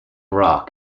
rock